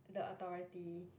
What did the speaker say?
the authority